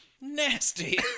Nasty